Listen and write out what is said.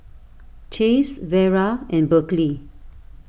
Chase Vera and Berkley